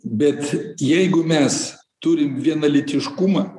bet jeigu mes turim vienalytiškumą